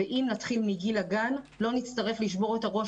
אם נתחיל מגיל הגן לא נצטרך לשבור את הראש